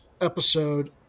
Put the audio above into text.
episode